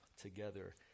together